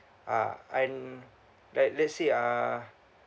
ah and like let's say uh